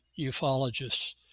ufologists